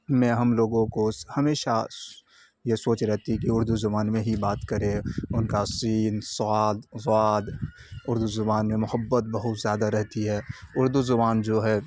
میں ہم لوگوں کو ہمیشہ یہ سوچ رہتی ہے کہ اردو زبان میں ہی بات کرے ان کا سین صاد ضاد اردو زبان میں محبت بہت زیادہ رہتی ہے اردو زبان جو ہے